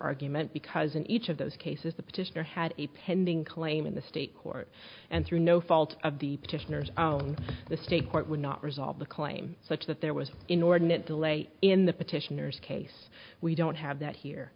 argument because in each of those cases the petitioner had a pending claim in the state court and through no fault of the petitioners own the state court would not resolve the claim such that there was inordinate delay in the petitioners case we don't have that here